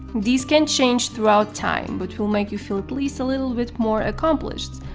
these can change throughout time but will make you feel at least a little bit more accomplished,